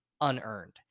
unearned